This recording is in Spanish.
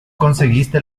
conseguiste